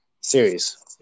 series